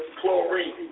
chlorine